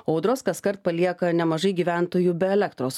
audros kaskart palieka nemažai gyventojų be elektros